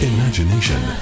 Imagination